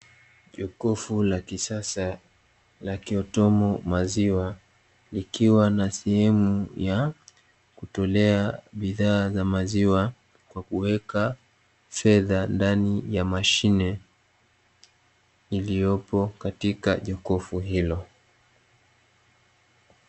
Jokofu la kisasa la kiautomo maziwa, likiwa na sehemu ya kutolea bidhaa za maziwa kwa kuweka fedha ndani ya mashine iliyopo katika jokofu hilo.